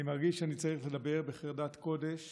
אני מרגיש שאני צריך לדבר בחרדת קודש